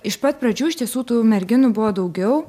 iš pat pradžių iš tiesų tų merginų buvo daugiau